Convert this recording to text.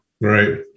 right